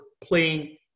playing